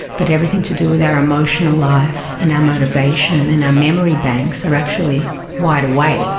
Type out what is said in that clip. but everything to do with our emotional life and our motivation and our memory banks are actually wide awake.